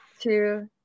two